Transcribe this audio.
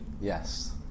Yes